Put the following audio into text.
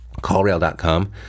callrail.com